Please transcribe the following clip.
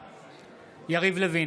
בעד יריב לוין,